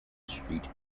street